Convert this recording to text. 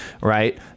right